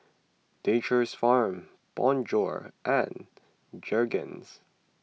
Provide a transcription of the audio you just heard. Nature's Farm Bonjour and Jergens